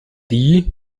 die